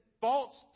false